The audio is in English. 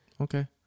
Okay